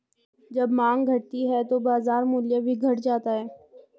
जब माँग घटती है तो बाजार मूल्य भी घट जाता है